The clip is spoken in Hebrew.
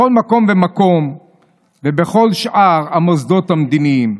בכל מקום ומקום ובכל שאר המוסדות המדיניים.